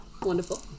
Wonderful